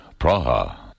Praha